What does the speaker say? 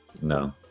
No